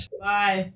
Bye